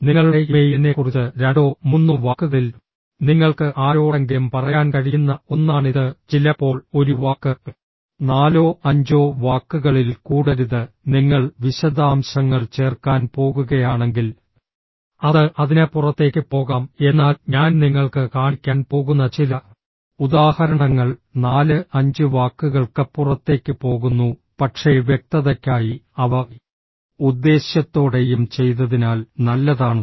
നിങ്ങളുടെ ഇമെയിലിനെക്കുറിച്ച് രണ്ടോ മൂന്നോ വാക്കുകളിൽ നിങ്ങൾക്ക് ആരോടെങ്കിലും പറയാൻ കഴിയുന്ന ഒന്നാണിത് ചിലപ്പോൾ ഒരു വാക്ക് നാലോ അഞ്ചോ വാക്കുകളിൽ കൂടരുത് നിങ്ങൾ വിശദാംശങ്ങൾ ചേർക്കാൻ പോകുകയാണെങ്കിൽ അത് അതിനപ്പുറത്തേക്ക് പോകാം എന്നാൽ ഞാൻ നിങ്ങൾക്ക് കാണിക്കാൻ പോകുന്ന ചില ഉദാഹരണങ്ങൾ നാല് അഞ്ച് വാക്കുകൾക്കപ്പുറത്തേക്ക് പോകുന്നു പക്ഷേ വ്യക്തതയ്ക്കായി അവ ഉദ്ദേശ്യത്തോടെയും ചെയ്തതിനാൽ നല്ലതാണ്